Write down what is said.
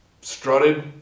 strutted